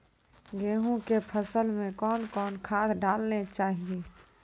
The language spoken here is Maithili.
गेहूँ के फसल मे कौन कौन खाद डालने चाहिए?